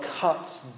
cuts